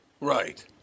Right